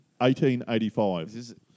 1885